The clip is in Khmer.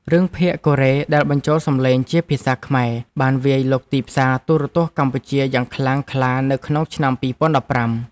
រឿងភាគកូរ៉េដែលបញ្ចូលសំឡេងជាភាសាខ្មែរបានវាយលុកទីផ្សារទូរទស្សន៍កម្ពុជាយ៉ាងខ្លាំងក្លានៅក្នុងឆ្នាំ ២០១៥។